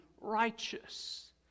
righteous